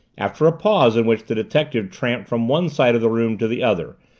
after a pause in which the detective tramped from one side of the room to the other,